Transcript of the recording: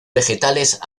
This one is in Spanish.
vegetales